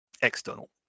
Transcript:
external